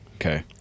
Okay